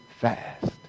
fast